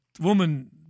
woman